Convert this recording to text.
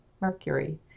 Mercury